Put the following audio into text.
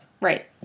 Right